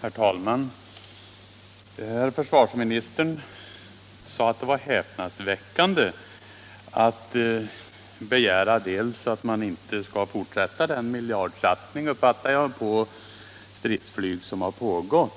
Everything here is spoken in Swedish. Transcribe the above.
Herr talman! Herr försvarsministern sade att det var häpnadsväckande att begära att man inte skall fortsätta den miljardsatsning — jag uppfattade 91 det så — på stridsflyg som har pågått.